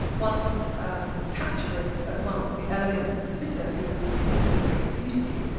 once capturing, at once, the elegance of the sitter who was considered a great beauty,